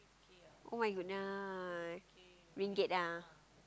[oh]-my-goodness ringgit ah